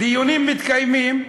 דיונים מתקיימים,